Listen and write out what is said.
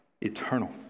eternal